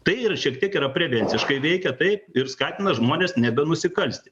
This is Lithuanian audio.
tai ir šiek tiek yra prevenciškai veikia tai ir skatina žmones nebenusikalsti